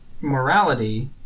morality